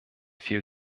viel